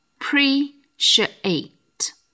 appreciate